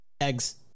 Eggs